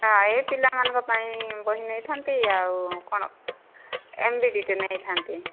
ହଁ ଏଇ ପିଲାମାନଙ୍କ ପାଇଁ ବହି ନେଇଥାନ୍ତି ଆଉ କ'ଣ ଏମ୍ବିଡ଼ିଟେ ନେଇଥାନ୍ତି